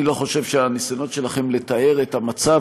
אני לא חושב שהניסיונות שלכם לתאר את המצב